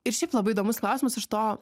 ir šiaip labai įdomus klausimas iš to